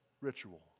ritual